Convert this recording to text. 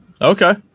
okay